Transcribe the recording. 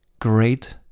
great